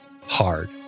hard